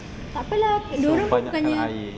so banyak air